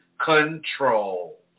control